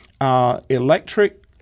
electric